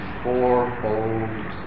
fourfold